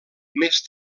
més